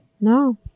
No